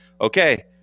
okay